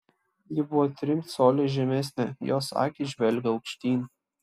ji buvo trim coliais žemesnė jos akys žvelgė aukštyn